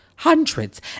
Hundreds